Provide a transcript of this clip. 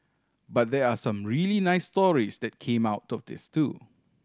but there were some really nice stories that came out this too